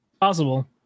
Possible